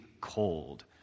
cold